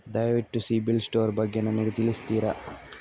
ದಯವಿಟ್ಟು ಸಿಬಿಲ್ ಸ್ಕೋರ್ ಬಗ್ಗೆ ನನಗೆ ತಿಳಿಸ್ತಿರಾ?